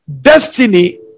Destiny